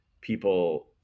people